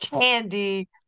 candy